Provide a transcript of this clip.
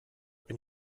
wenn